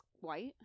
white